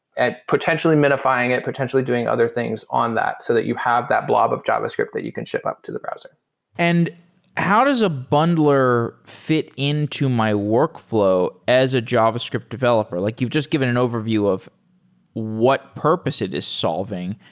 potentially minifying it, potentially doing other things on that, so that you have that blob of javascript that you can ship up to the browser and how does a bundler fi t into my workfl ow as a javascript developer? like you've just given an overview of what purpose it is solving.